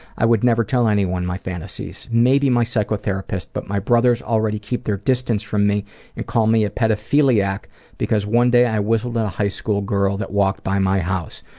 i would never tell anyone my fantasies, maybe my psychotherapist, but my brothers already keep their distance from me and call me a pedophiliac because one day i whistled at a high school girl that walked by my house,